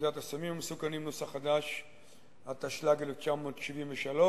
לפקודת הסמים המסוכנים , התשל"ג 1973,